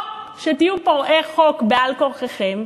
או שתהיו פורעי חוק בעל-כורחכם,